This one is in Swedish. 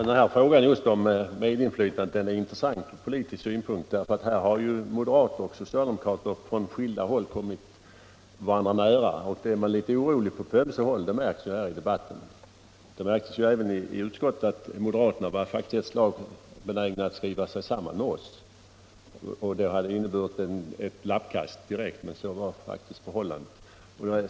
Herr talman! Frågan om medinflytande är intressant från politisk synpunkt därför att här har moderater och socialdemokrater från skilda håll kommit varandra nära, och det är man litet orolig för på ömse håll, det märks här i debatten. Det märktes även i utskottet på det sättet att moderaterna ett slag var benägna att skriva sig samman med mittenpartierna. Det hade inneburit ett lappkast, men så var faktiskt förhållandet.